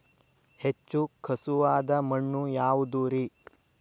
ಹೆಚ್ಚು ಖಸುವಾದ ಮಣ್ಣು ಯಾವುದು ರಿ?